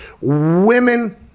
women